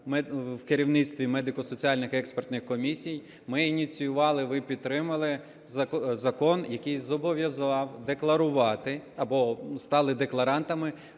в керівництві медико-соціальних експертних комісій, ми ініціювали, ви підтримали закон, який зобов'язав декларувати або стали декларантами